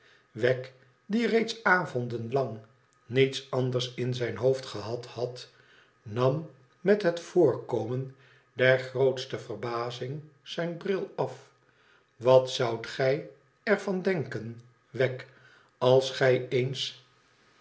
wegg die reeds avonden lang niets anders in zijn hoofd gehad had nam met het voorkomen der grootste verbazing zijn bril af wat zoudt gij er van denken wegg als gij eens